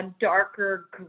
darker